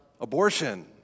abortion